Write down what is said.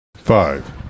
Five